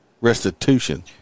Restitution